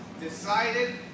Decided